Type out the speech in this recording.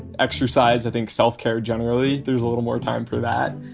exercise, i think, self care generally. there's a little more time for that.